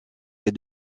les